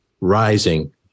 rising